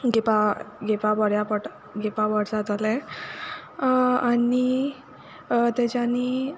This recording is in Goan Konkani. घेवपा घेवपा बोऱ्या पोटो घेवपा बोर जातोलें आनी तेज्यांनी